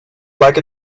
like